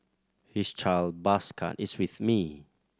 his child bus card is with me